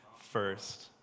first